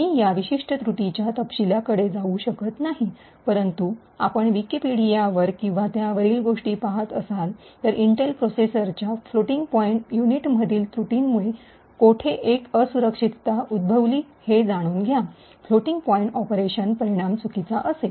मी या विशिष्ट त्रुटींच्या तपशिलाकडे जाऊ शकत नाही परंतु आपण विकिपीडियावर किंवा त्यावरील गोष्टी पहात असाल तर इंटेल प्रोसेसरच्या फ्लोटिंग पॉइंट युनिटमधील त्रुटीमुळे कोठे एक असुरक्षितता उद्भवली हे जाणून घ्या फ्लोटिंग पॉईंट ऑपरेशन परिणाम चुकीचा असेल